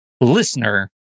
listener